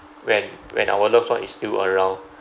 when when our loved one is still around